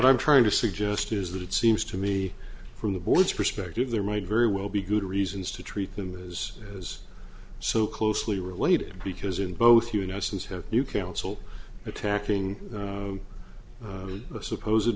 i'm trying to suggest is that it seems to me from the board's perspective there might very well be good reasons to treat them is as so closely related because in both you know since have you counsel attacking the suppose